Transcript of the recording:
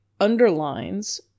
underlines